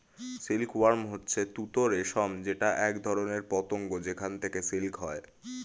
silk worm হচ্ছে তুত রেশম যেটা একধরনের পতঙ্গ যেখান থেকে সিল্ক হয়